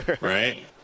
Right